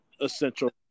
Essential